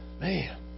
Man